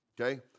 okay